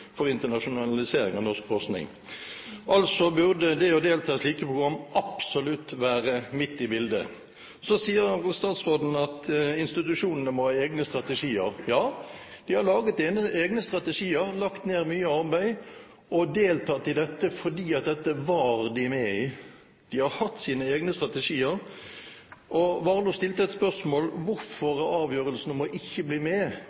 for internasjonalisering av norsk forsking.» Altså burde det å delta i slike program absolutt være midt i bildet. Så sier statsråden at institusjonene må ha egne strategier. Ja, de har laget egne strategier, lagt ned mye arbeid og deltatt i det fordi dette var de med i. De har hatt sine egne strategier, og Warloe stilte et spørsmål: Hvorfor er avgjørelsen om ikke å bli med